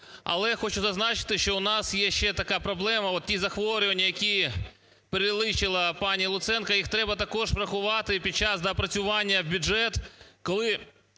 Але я хочу зазначити, що у нас є ще така проблема, от ті захворювання, які перелічила пані Луценко, їх треба також врахувати і під час доопрацювання бюджету,